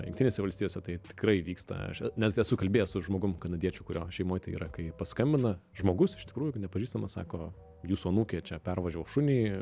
jungtinėse valstijose tai tikrai vyksta aš net esu kalbėjęs su žmogum kanadiečiu kurio šeimoj tai yra kai paskambina žmogus iš tikrųjų nepažįstamas sako jūsų anūkė čia pervažiavo šunį